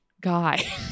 guy